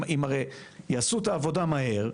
אם הרי יעשו את העבודה מהר,